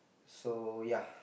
so ya